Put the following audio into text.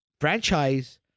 franchise